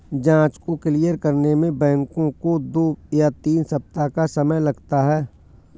जाँच को क्लियर करने में बैंकों को दो या तीन सप्ताह का समय लगता है